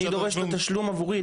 אני דורש את התשלום עבורי,